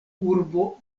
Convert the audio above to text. urbo